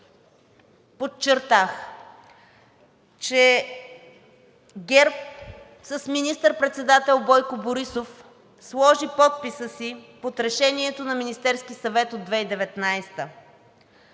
подчертах, че ГЕРБ с министър-председател Бойко Борисов сложи подписа си под Решението на Министерския съвет от 2019